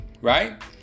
right